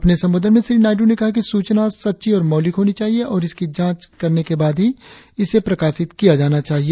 अपने संबोधन में श्री नायडू ने कहा कि सूचना सच्ची और मौलिक होनी चाहिए और इसकी जांच करने के बाद ही इसे प्रकाशित किया जाना जाहिए